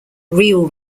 real